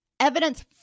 Evidence